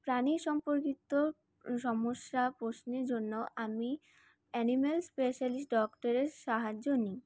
প্রাণী সম্পর্কিত সমস্যা প্রশ্নের জন্য আমি অ্যানিম্যাল স্পেশালিষ্ট ডক্টরের সাহায্য নিই